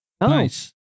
nice